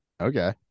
okay